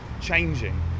changing